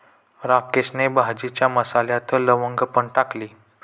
राकेशने भाजीच्या मसाल्यात लवंग पण टाकली